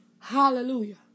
Hallelujah